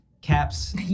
caps